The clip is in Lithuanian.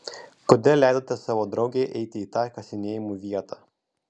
kodėl leidote savo draugei eiti į tą kasinėjimų vietą